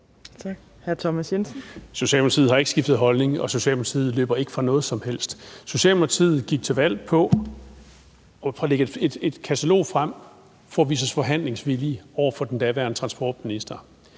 Kl. 14:29 Thomas Jensen (S): Socialdemokratiet har ikke skiftet holdning, og Socialdemokratiet løber ikke fra noget som helst. Da Socialdemokratiet gik til valg, lagde vi et katalog frem for at vise os forhandlingsvillige over for den daværende transportminister.